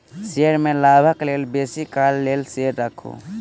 share में लाभक लेल बेसी काल लेल शेयर राखू